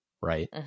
right